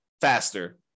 faster